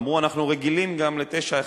ואמרו: אנחנו רגילים גם ל-911.